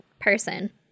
person